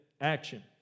action